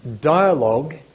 dialogue